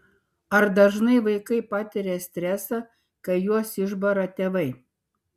ar dažnai vaikai patiria stresą kai juos išbara tėvai